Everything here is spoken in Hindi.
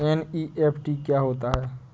एन.ई.एफ.टी क्या होता है?